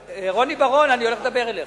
רוני בר-און, אני הולך לדבר אליך.